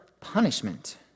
punishment